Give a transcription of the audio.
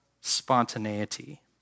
spontaneity